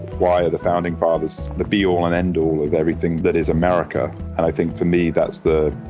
why are the founding fathers the be all and end all of everything that is america? and i think for me that's the,